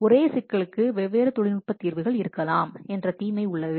ஒரே சிக்கலுக்கு வெவ்வேறு தொழில்நுட்ப தீர்வுகள் இருக்கலாம் என்ற தீமை உள்ளது